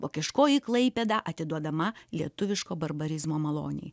vokiškoji klaipėda atiduodama lietuviško barbarizmo malonei